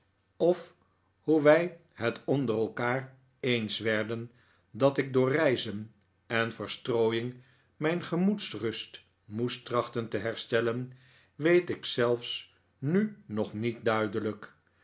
of hoe wij het onder elkaar eens werden dat ik door reizen en verstrooiing mijn grmoedsrust moest trachten te herstellen weet ik zelfs nu nog niet duidelijk